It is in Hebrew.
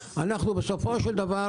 בסופו של דבר,